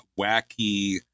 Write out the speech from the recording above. wacky